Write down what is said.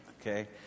okay